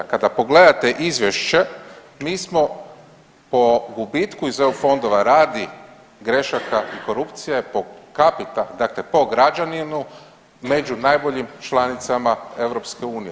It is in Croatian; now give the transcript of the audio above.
Kada pogledate izvješće mi smo po gubitku iz eu fondova radi grešaka i korupcije po kapita, dakle po građaninu među najboljim članicama EU.